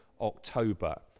October